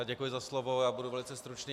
Děkuji za slovo, budu velice stručný.